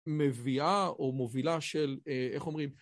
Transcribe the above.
מביאה או מובילה של, איך אומרים?